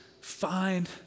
find